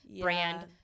brand